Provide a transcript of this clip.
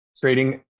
trading